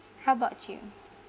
how about you